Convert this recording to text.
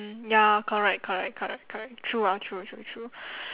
mm ya correct correct correct correct true ah true true true